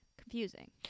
confusing